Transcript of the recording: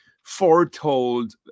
foretold